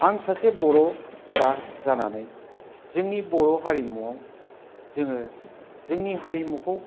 आं सासे बर' फिसा जानानै जोंनि बर' हारिमुआव जोङो जोंनि हारिमुखौ